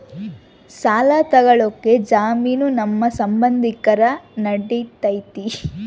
ಸಾಲ ತೊಗೋಳಕ್ಕೆ ಜಾಮೇನು ನಮ್ಮ ಸಂಬಂಧಿಕರು ನಡಿತೈತಿ?